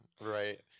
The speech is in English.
right